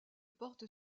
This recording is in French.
porte